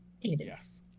Yes